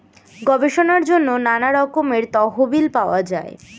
গবেষণার জন্য নানা রকমের তহবিল পাওয়া যায়